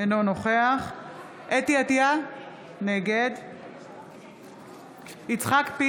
אינו נוכח חוה אתי עטייה, נגד יצחק פינדרוס,